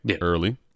early